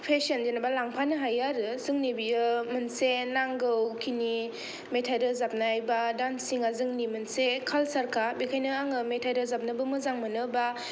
fashion जेनोबा लांफानो हायो आरो जोंनि बियो मोनसे नांगौखिनि मेथाइ रोजाबनाय बा दान्सिंआ जोंनि मोनसे कालचारखा बेखायनो आङो मेथाइ रोजाबनोबो मोजां मोनो बा